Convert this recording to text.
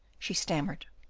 she stammered.